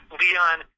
leon